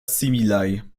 similaj